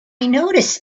noticed